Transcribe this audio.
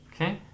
Okay